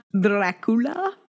Dracula